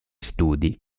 studi